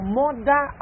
mother